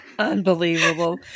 Unbelievable